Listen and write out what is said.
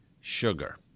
sugar